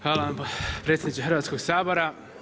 Hvala vam predsjedniče Hrvatskoga sabora.